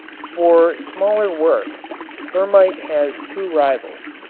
for smaller work thermit has two rivals,